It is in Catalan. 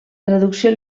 traducció